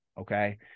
Okay